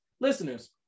listeners